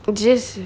which is